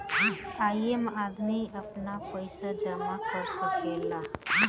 ऐइमे आदमी आपन पईसा जमा कर सकेले